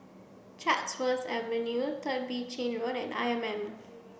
Chatsworth Avenue Third Chin Bee Road and I M M